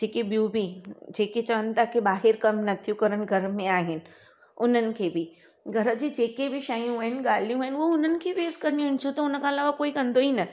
जेकी बियूं बि जेके चवनि था की ॿाहिरि कम नथियूं करनि घर में आहिनि उन्हनि खे बि घर जी जेके बि शयूं आहिनि ॻाल्हियूं आहिनि उहो उन्हनि खे फेस करणियूं आहिनि छो त उनखां अलावा कोई कंदोई न